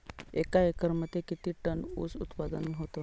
एका एकरमध्ये किती टन ऊस उत्पादन होतो?